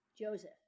Joseph